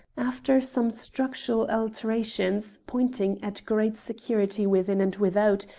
after some structural alterations, pointing at great security within and without,